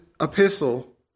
epistle